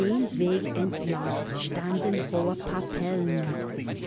den weg entlang standen hohe pappeln